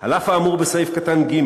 "על אף האמור בסעיף קטן (ג),